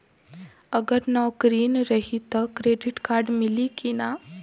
अगर नौकरीन रही त क्रेडिट कार्ड मिली कि ना?